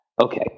okay